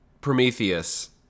prometheus